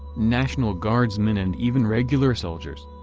national guardsmen and even regular soldiers.